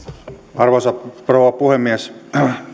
arvoisa rouva puhemies